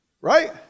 Right